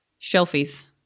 Shelfies